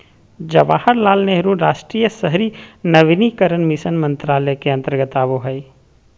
जवाहरलाल नेहरू राष्ट्रीय शहरी नवीनीकरण मिशन मंत्रालय के अंतर्गत आवो हय